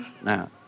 Now